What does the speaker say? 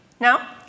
No